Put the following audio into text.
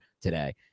today